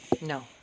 No